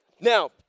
Now